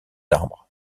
arbres